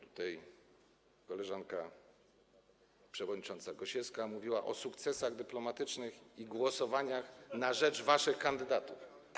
Tutaj koleżanka przewodnicząca Gosiewska mówiła o sukcesach dyplomatycznych i głosowaniach na rzecz waszych kandydatów.